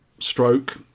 Stroke